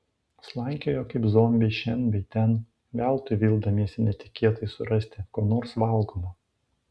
slankiojo kaip zombiai šen bei ten veltui vildamiesi netikėtai surasti ko nors valgomo